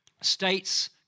states